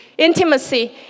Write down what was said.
Intimacy